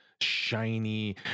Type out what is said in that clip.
shiny